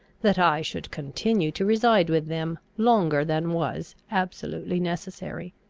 that i should continue to reside with them longer than was absolutely necessary.